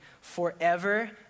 forever